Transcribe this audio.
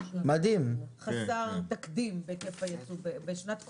זה נתון חסר תקדים בהיקף הייצוא בשנת קורונה.